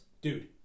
Dude